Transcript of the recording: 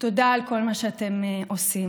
תודה על כל מה שאתם עושים.